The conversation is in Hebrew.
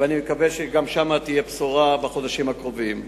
ואני מקווה שגם שם תהיה בשורה בחודשים הקרובים.